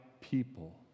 people